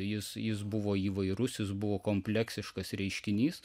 jis jis buvo įvairus jis buvo kompleksiškas reiškinys